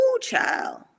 child